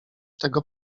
tego